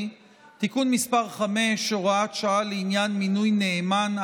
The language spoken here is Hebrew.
(תיקון מס' 5) (הוראת שעה לעניין מינוי נאמן,